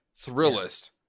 Thrillist